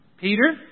Peter